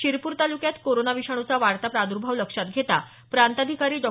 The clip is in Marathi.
शिरपूर तालुक्यात कोरोना विषाणूचा वाढता प्रादुर्भाव लक्षात घेता प्रांताधिकारी डॉ